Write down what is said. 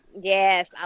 Yes